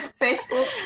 Facebook